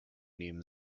nehmen